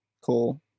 cool